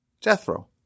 Jethro